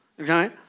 okay